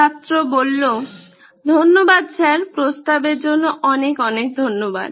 ছাত্র ধন্যবাদ স্যার প্রস্তাবের জন্য অনেক অনেক ধন্যবাদ